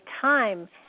time